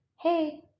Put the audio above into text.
hey